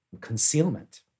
concealment